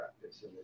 practice